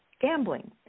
gambling